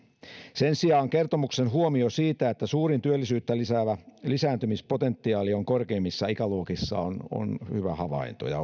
sen sijaan kertomuksen huomio siitä että suurin työllisyyttä lisäävä lisääntymispotentiaali on korkeimmissa ikäluokissa on on hyvä ja